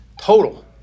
Total